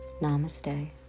Namaste